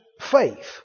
faith